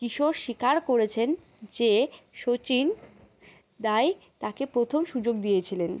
কিশোর স্বীকার করেছেন যে শচিন দাই তাকে প্রথম সুযোগ দিয়েছিলেন